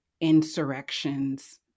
insurrections